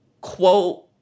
quote